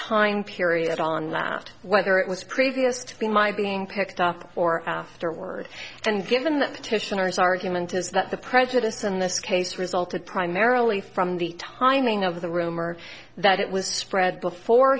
time period on that whether it was previous to be my being picked up or afterward and given that petitioners argument is that the prejudice in this case resulted primarily from the timing of the rumor that it was spread before